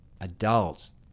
adults